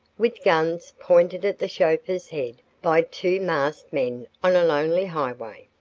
with guns pointed at the chauffeur's head by two masked men on a lonely highway.